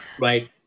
right